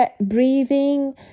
breathing